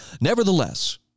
nevertheless